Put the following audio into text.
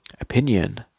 opinion